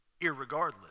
irregardless